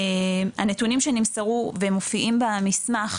הנתונים שנמסרו ומופיעים במסמך,